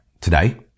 today